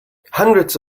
hundreds